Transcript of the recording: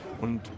Und